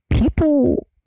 People